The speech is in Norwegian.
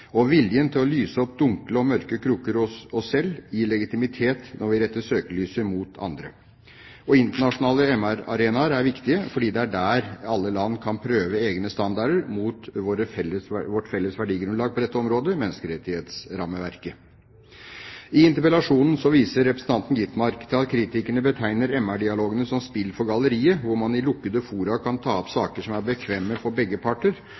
Viljen til å lyse opp dunkle og mørke kroker hos oss selv gir legitimitet når vi retter søkelyset mot andre. Internasjonale menneskerettighetsarenaer er viktige, fordi det er der alle land kan prøve egne standarder mot vårt felles verdigrunnlag på dette området, menneskerettighetsrammeverket. I interpellasjonen viser representanten Gitmark til at kritikerne betegner menneskerettighetsdialogene som spill for galleriet, hvor man i lukkede fora kan ta opp saker som er bekvemme for begge parter,